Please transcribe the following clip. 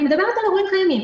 ואני מדברת על אירועים קיימים,